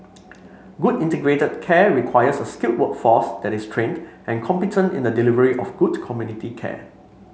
good integrated care requires a skilled workforce that is trained and competent in the delivery of good community care